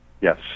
Yes